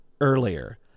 earlier